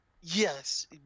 Yes